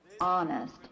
honest